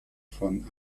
von